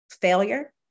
failure